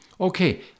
Okay